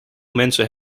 mensen